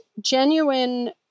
genuine